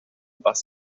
bus